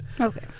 Okay